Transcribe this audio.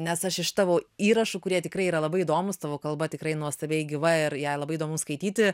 nes aš iš tavo įrašų kurie tikrai yra labai įdomūs tavo kalba tikrai nuostabiai gyva ir ją labai įdomu skaityti